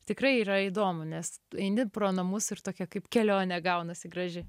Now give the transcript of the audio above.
tikrai yra įdomu nes eini pro namus ir tokia kaip kelionė gaunasi graži